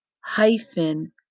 hyphen